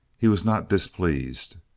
he was not displeased.